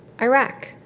Iraq